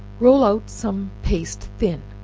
roll out some paste thin,